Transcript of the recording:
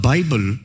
Bible